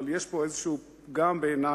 אבל יש בזה איזשהו פגם בעיני.